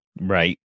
Right